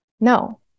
no